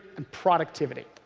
and productivity.